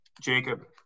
Jacob